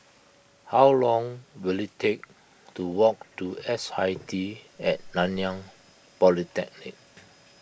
how long will it take to walk to S I T at Nanyang Polytechnic